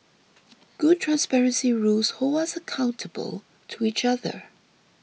good transparency rules hold us accountable to each other